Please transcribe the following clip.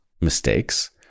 mistakes